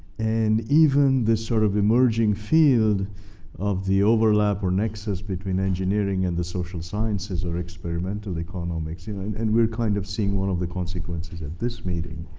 and even this sort of emerging field of the overlap, or nexus, between engineering and the social sciences or experimental economics. you know and and we're kind of seeing one of the consequences at this meeting,